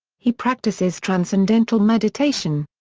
he practices transcendental meditation.